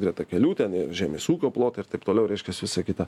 greta kelių ten ir žemės ūkio plotai ir taip toliau reiškiasi visa kita